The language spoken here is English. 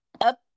up